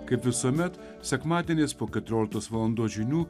kaip visuomet sekmadieniais po keturioliktos valandos žinių